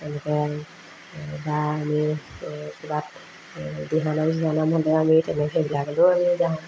এনেকৈ বা আমি কিবা এই দিহানাম চিহানাম হ'লেও আমি তেনেকৈ সেইবিলাকলৈও আমি যাওঁ